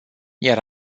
iar